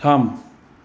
थाम